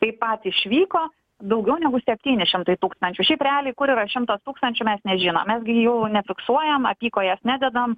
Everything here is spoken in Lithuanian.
taip pat išvyko daugiau negu septyni šimtai tūkstančių šiaip realiai kur yra šimtas tūkstančių mes nežinom mes gi jų nefiksuojam apykojės nededam